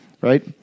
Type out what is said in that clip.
right